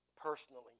personally